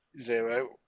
Zero